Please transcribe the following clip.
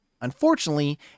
unfortunately